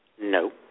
No